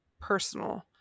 personal